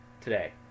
today